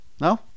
No